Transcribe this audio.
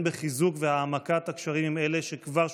בחיזוק והעמקת הקשרים עם אלה שכבר שותפות.